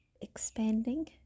expanding